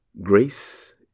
Grace